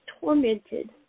tormented